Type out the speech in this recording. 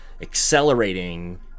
accelerating